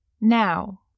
Now